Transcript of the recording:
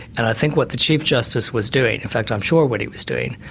and i think what the chief justice was doing, in fact i'm sure what he was doing,